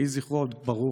יהי זכרו ברוך,